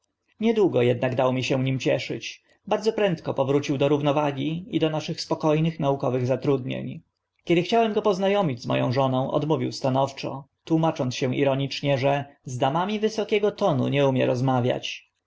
niedługo ednak dał mi się nim cieszyć bardzo prędko powrócił do równowagi i do naszych spoko nych naukowych zatrudnień kiedy chciałem go pozna omić z mo ą żoną odmówił stanowczo tłumacząc się ironicznie że z damami wysokiego tonu nie umie rozmawiać